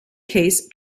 case